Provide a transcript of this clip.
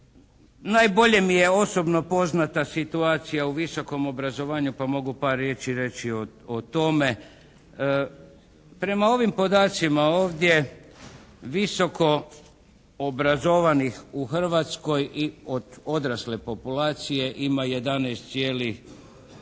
Najbolje mi je osobno poznata situacija u visokom obrazovanju, pa mogu par riječi reći o tome. Prema ovim podacima ovdje visoko obrazovanih u Hrvatskoj i od odrasle populacije ima 11,91, 12%